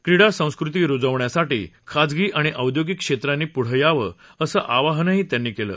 क्रीडा संस्कृती रुजवण्यासाठी खासगी आणि औद्योगिक क्षेत्रांनी पुढं यावं असं आवाहनही त्यांनी केलं